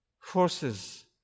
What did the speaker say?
forces